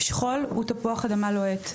שכול הוא תפוח אדמה לוהט.